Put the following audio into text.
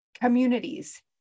communities